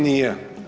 Nije.